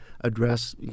address